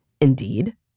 Indeed